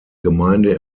gemeinde